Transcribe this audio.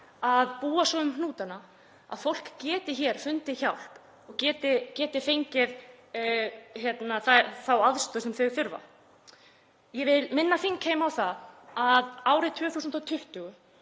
að búa svo um hnútana að fólk geti hér fundið hjálp og geti fengið þá aðstoð sem þau þurfa. Ég vil minna þingheim á það að árið 2020